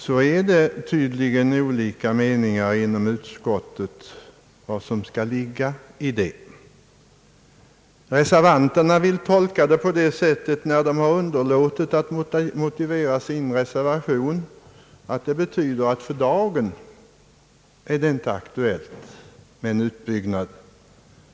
Reservanterna har underlåtit att motivera sin reservation på grund av att de vill tolka dessa ord så, att det för dagen inte är aktuellt med en utbyggnad.